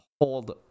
hold